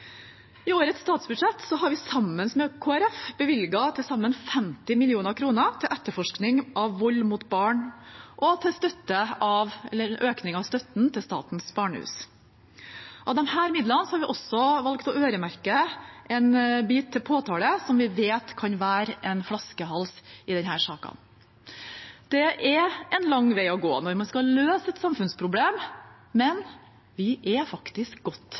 I årets statsbudsjett har vi, sammen med Kristelig Folkeparti, bevilget til sammen 50 mill. kr til etterforskning av vold mot barn og til en økning i støtten til Statens barnehus. Av disse midlene har vi også valgt å øremerke en bit til påtale, som vi vet kan være en flaskehals i denne saken. Det er en lang vei å gå når man skal løse et samfunnsproblem, men vi er faktisk godt